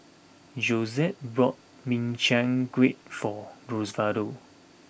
Josette bought Min Chiang Kueh for Osvaldo